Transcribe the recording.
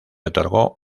otorgó